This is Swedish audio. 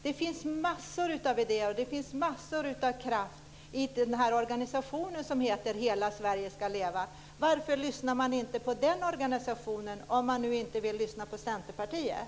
Det finns massor av idéer och kraft i organisationen Hela Sverige ska leva. Varför lyssnar man inte på den organisationen, om man nu inte vill lyssna på Centerpartiet?